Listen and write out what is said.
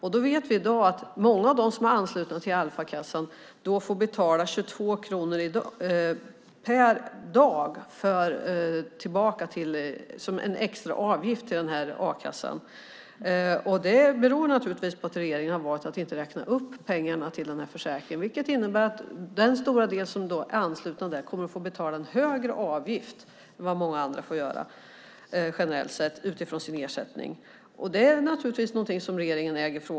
Vi vet i dag att många av dem som är anslutna till Alfakassan får betala 22 kronor per dag som en extra avgift till den a-kassan. Det beror naturligtvis på att regeringen har valt att inte räkna upp pengarna till försäkringen, vilket innebär att den stora del som är ansluten där kommer att få betala en högre avgift än vad många andra får göra, generellt sett, utifrån sin ersättning. Det är givetvis också en fråga som regeringen äger.